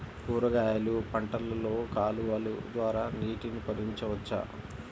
కూరగాయలు పంటలలో కాలువలు ద్వారా నీటిని పరించవచ్చా?